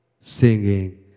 singing